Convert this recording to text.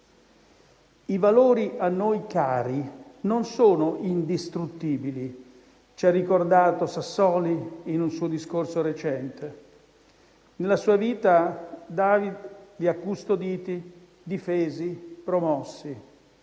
«I valori a noi cari non sono indistruttibili», ci ha ricordato Sassoli in un suo discorso recente. Nella sua vita David li ha custoditi, difesi, promossi.